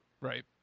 Right